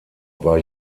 war